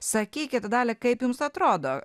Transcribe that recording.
sakykit dalia kaip jums atrodo